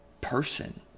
person